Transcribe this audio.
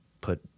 put